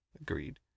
Agreed